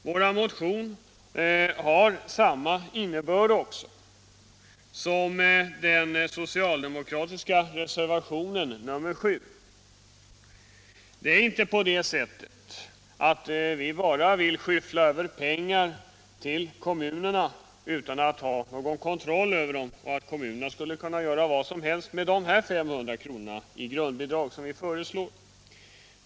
Vår motion har samma innebörd som den socialdemokratiska reservationen 7 vid civilutskottets betänkande nr 18. Det är inte på det sättet att vi bara vill skyffla över pengar till kommunerna utan att ha någon kontroll över dem — alltså att kommunerna skulle kunna göra vad som helst med de 500 kr. i grundbidrag som vi föreslår.